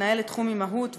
מנהלת תחום אימהות,